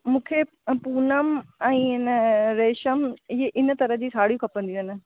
मूंखे पूनम ऐं हिन रेशम ईअं इन तरह जी साड़ियूं खपंदियूं आहिनि